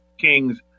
Kings